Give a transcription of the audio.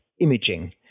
imaging